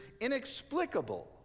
inexplicable